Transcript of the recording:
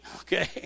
okay